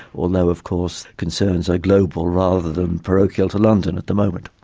although of course concerns are global rather than parochial to london at the moment.